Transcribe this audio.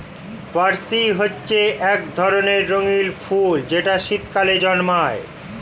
pansy হচ্ছে এক ধরনের রঙিন ফুল যেটা শীতকালে জন্মায়